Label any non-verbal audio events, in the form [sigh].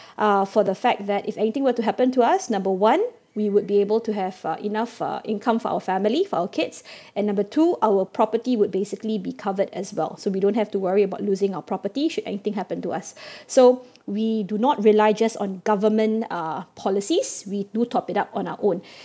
uh for the fact that if anything were to happen to us number one we would be able to have uh enough uh income for our family for our kids and number two our property would basically be covered as well so we don't have to worry about losing our property should anything happen to us [breath] so we do not rely just on government uh policies we do top it up on our own